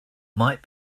might